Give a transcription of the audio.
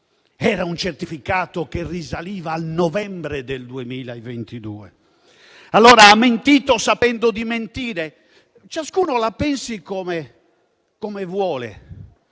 di sei mesi e risaliva al novembre 2022. Allora, ha mentito sapendo di mentire? Ciascuno la pensi come vuole,